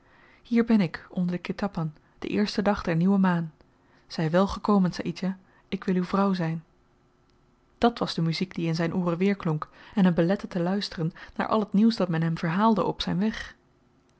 hier ben ik onder den ketapan den eersten dag der nieuwe maan zy wèl gekomen saïdjah ik wil uw vrouw zyn dàt was de muziek die in zyn ooren weerklonk en hem belette te luisteren naar al t nieuws dat men hem verhaalde op zyn weg